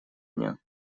дня